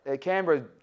Canberra